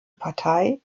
partei